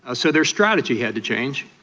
ah so their strategy had to change.